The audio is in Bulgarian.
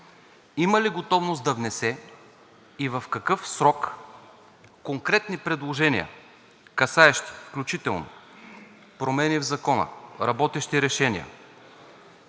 има ли готовност да внесе и в какъв срок конкретни предложения, касаещи включително промени в Закона, работещи решения,